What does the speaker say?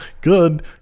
good